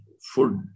food